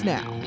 Now